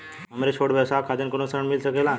हमरे छोट व्यवसाय खातिर कौनो ऋण मिल सकेला?